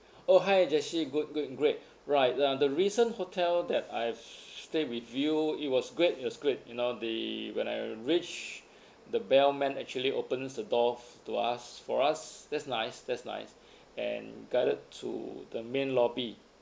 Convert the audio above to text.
oh hi jessie good good great right uh the recent hotel that I stay with you it was great it was great you know the when I reach the bellman actually opens the doors to us for us that's nice that's nice and guided to the main lobby